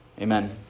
amen